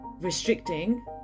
restricting